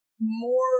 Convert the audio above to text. more